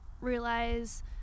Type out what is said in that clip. realize